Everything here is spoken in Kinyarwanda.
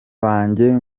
banjye